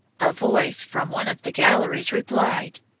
a voice from one of the galleries replied,